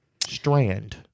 strand